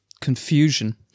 confusion